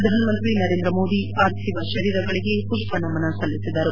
ಪ್ರಧಾನ ಮಂತ್ರಿ ನರೇಂದ್ರ ಮೋದಿ ಪಾರ್ಥಿವ ಶರೀರಗಳಿಗೆ ಮಷ್ಷನಮನ ಸಲ್ಲಿಸಿದರು